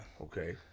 Okay